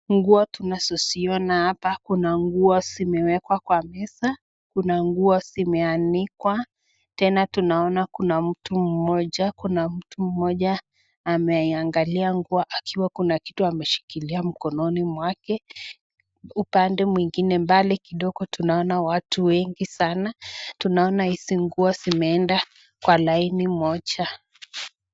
Nguo tunazoziona hapa, kuna nguo zimewekwa kwa meza, kuna nguo zimeanikwa. Tena tunaona kuna mtu mmoja kuna mtu mmoja ameangalia huku akiwa kuna kitu ameshikilia mkononi mwake. Upande mwengine mbali kidogo tunaona watu wengi sanaa. Tunaona hizi nguo zimeenda kwa laini moja